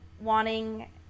wanting